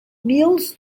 meals